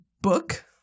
book